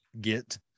get